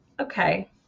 Okay